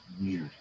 weird